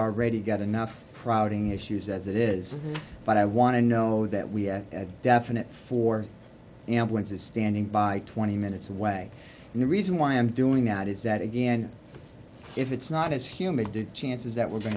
already got enough crowding issues as it is but i want to know that we have a definite four ambulances standing by twenty minutes away and the reason why i'm doing that is that again if it's not as humid did chances that we're going